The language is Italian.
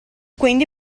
quindi